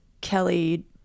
Kelly